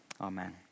amen